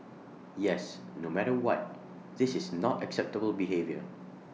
yes no matter what this is not acceptable behaviour